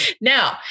Now